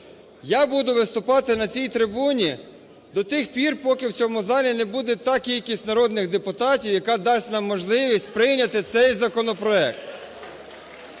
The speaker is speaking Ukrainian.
Я буду виступати на цій трибуні до тих пір, поки в цьому залі не буде та кількість народних депутатів, яка дасть нам можливість прийняти цей законопроект.